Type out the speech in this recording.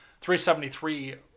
373